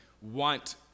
want